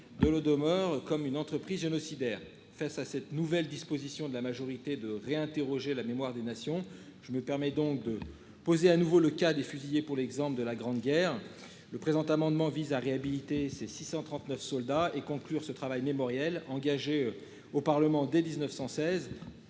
de l'eau de mort comme une entreprise génocidaire face à cette nouvelle disposition de la majorité de réinterroger la mémoire des nations. Je me permets donc de poser à nouveau le cas des fusillés pour l'exemple de la Grande Guerre. Le présent amendement vise à réhabiliter ses 639 soldats et conclure ce travail mémoriel engagé au Parlement dès 19.116.